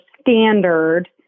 standard